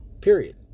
Period